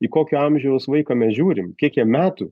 į kokio amžiaus vaiką mes žiūrim kiek jam metų